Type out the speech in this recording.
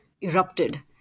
erupted